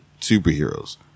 superheroes